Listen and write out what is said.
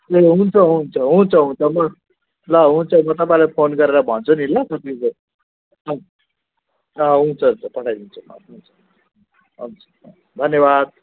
ए हुन्छ हुन्छ हन्छ हुन्छ ल म तपाईँलाई फोन गरेर भन्छु नि ल ल हुन्छ हुन्छ पठाइदिन्छु हुन्छ हुन्छ धन्यवाद